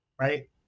right